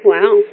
Wow